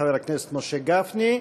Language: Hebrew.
חבר הכנסת משה גפני.